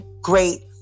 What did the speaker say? great